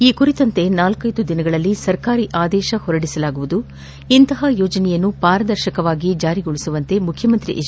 ಈ ಕುರಿತಂತೆ ನಾಲ್ವೈದು ದಿನಗಳಲ್ಲಿ ಸರ್ಕಾರಿ ಆದೇಶ ಹೊರಡಿಸಲಾಗುವುದು ಇಂತಹ ಯೋಜನೆಯನ್ನು ಪಾರದರ್ಶಕವಾಗಿ ಜಾರಿಗೊಳಿಸುವಂತೆ ಮುಖ್ಯಮಂತ್ರಿ ಎಚ್